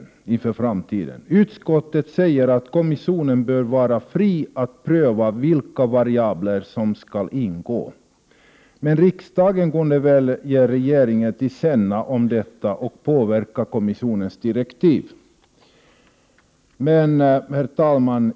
Utskottet säger att kommissionen bör vara fri att pröva vilka variabler som skall ingå. Men riksdagen kunde väl ge regeringen detta till känna och påverka kommissionens direktiv. Herr talman!